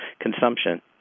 consumption